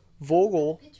Vogel